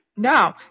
No